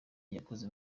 yakoze